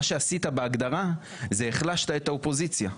מה שעשית בהגדרה זה החלשת את האופוזיציה,